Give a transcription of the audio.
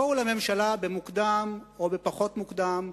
בואו לממשלה במוקדם או בפחות מוקדם,